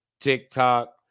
TikTok